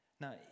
Now